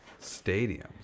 stadiums